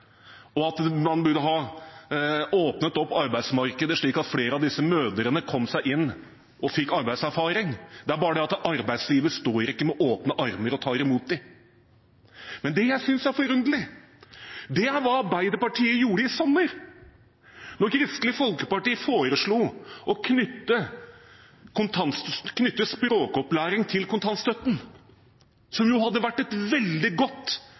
og at man burde ha åpnet opp arbeidsmarkedet slik at flere av disse mødrene kom seg inn og fikk arbeidserfaring. Det er bare det at arbeidslivet står ikke med åpne armer og tar imot dem. Det jeg synes er forunderlig, er hva Arbeiderpartiet gjorde i sommer, da Kristelig Folkeparti foreslo å knytte språkopplæring til kontantstøtten, noe som jo hadde vært et veldig godt